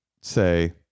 say